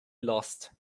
lost